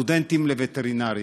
סטודנטים לווטרינריה,